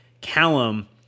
Callum